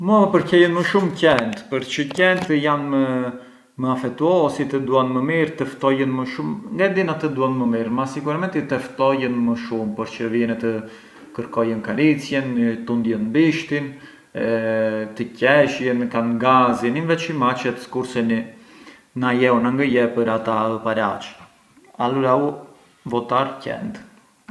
Na pincar të kuqin më vjen ment gjella, më vjen ment zjarri, më vjen ment gjaku, më vijën ment këto shurbise per esempiu kulluri i gjellës propria, e.